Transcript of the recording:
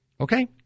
Okay